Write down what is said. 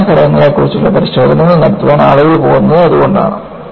യഥാർത്ഥ ഘടനകളെക്കുറിച്ചുള്ള പരിശോധനകൾ നടത്താൻ ആളുകൾ പോകുന്നത് അതുകൊണ്ടാണ്